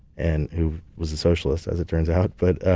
and who was a socialist as it turns out. but